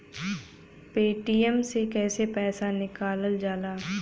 Paytm से कैसे पैसा निकलल जाला?